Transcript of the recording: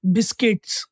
Biscuits